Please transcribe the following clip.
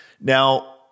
Now